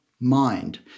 mind